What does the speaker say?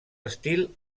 estil